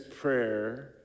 prayer